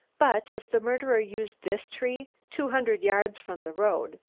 but if the murderer used this tree, two hundred yards from the road,